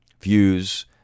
views